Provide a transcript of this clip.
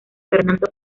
fernando